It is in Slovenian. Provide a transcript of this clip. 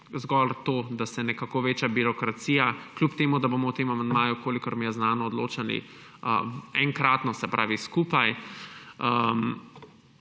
zgolj to, da se nekako veča birokracija, kljub temu da bomo o tem amandmaju, kolikor mi je znano, odločali enkratno, se pravi skupaj.